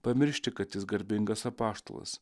pamiršti kad jis garbingas apaštalas